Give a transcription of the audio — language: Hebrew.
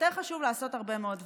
יותר חשוב לעשות הרבה מאוד דברים.